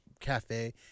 Cafe